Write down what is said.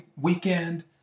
weekend